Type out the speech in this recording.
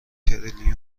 تریلیونی